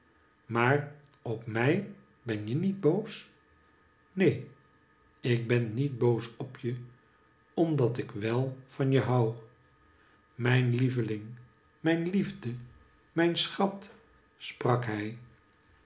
maar op mij ben je niet boos neen ik ben niet boos op je omdat ik wel van je hou mijn lieveling mijn liefde mijn schat sprak hij